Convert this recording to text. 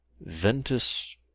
Ventus